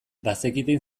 bazekiten